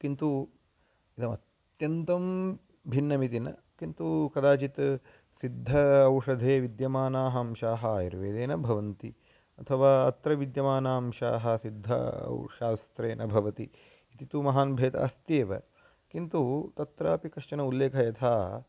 किन्तु इदम् अत्यन्तं भिन्नमिति न किन्तु कदाचित् सिद्ध औषधे विद्यमानाः अंशाः आयुर्वेदे न भवन्ति अथवा अत्र विद्यमानांशाः सिद्ध औ शास्त्रे न भवति इति तु महान् भेदः अस्त्येव किन्तु तत्रापि कश्चन उल्लेखः यथा